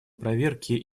проверки